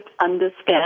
understand